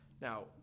Now